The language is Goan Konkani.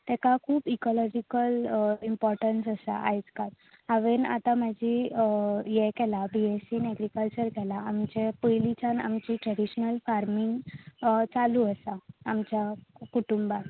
ताका खूब इकॉलोजिकल इम्पोर्टन्स आसा आयज काल हांवें आतां म्हाजी हें केल्या B S C in agriculture केला आमचें पयलींच्यान आमची ट्रॅडिशनल फार्मिंग चालू आसा आमच्या कुटूंबांत